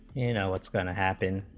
you know it's gonna happen,